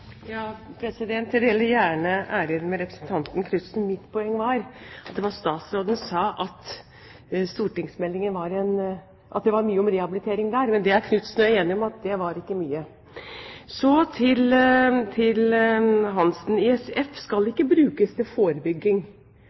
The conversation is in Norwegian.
jeg deler gjerne æren med representanten Tove Karoline Knutsen. Mitt poeng var at statsråden sa at det var mye om rehabilitering i stortingsmeldingen, men Knutsen og jeg er enige om at det var ikke mye. Så til Geir-Ketil Hansen. ISF